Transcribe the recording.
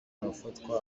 arafatwa